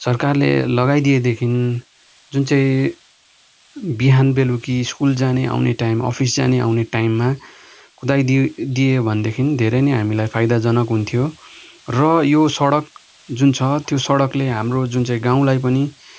सरकारले लगाइदिएदेखि जुन चाहिँ बिहान बेलुकी स्कुल जाने आउने टाइम अफिस जाने आउने टाइममा कुदाइदियो दिए भनेदेखि धेरै नै हामीलाई फाइदाजनक हुन्थ्यो र यो सडक जुन छ त्यो सडकले हाम्रो जुन चाहिँ गाउँलाई पनि